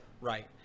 right